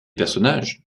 personnages